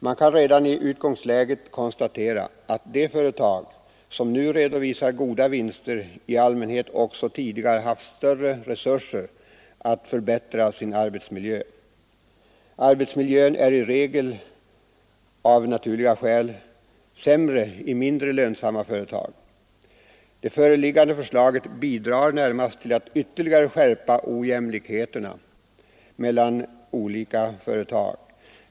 Man kan redan i utgångsläget konstatera att de företag som nu redovisar goda vinster i allmänhet också tidigare har haft större resurser att förbättra sin arbetsmiljö. Arbetsmiljön är i regel av naturliga skäl sämre i mindre lönsamma företag. Det föreliggande förslaget bidrar närmast till att ytterligare skärpa ojämlikheterna mellan olika företag.